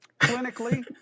Clinically